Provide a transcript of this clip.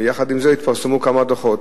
ויחד עם זה התפרסמו כמה דוחות.